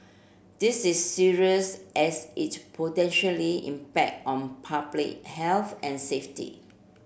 this is serious as it potentially impact on public health and safety